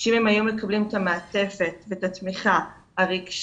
שאם הם היו מקבלים את המעטפת ואת התמיכה הרגשית,